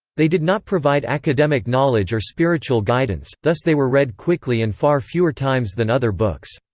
they did not provide academic knowledge or spiritual guidance thus they were read quickly and far fewer times than other books.